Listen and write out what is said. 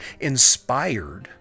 inspired